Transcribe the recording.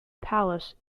palace